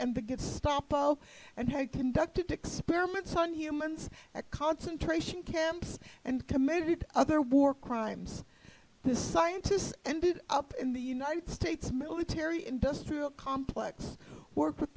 and the good stop all and had conducted experiments on humans a concentration camps and committed other war crimes the scientists ended up in the united states military industrial complex wor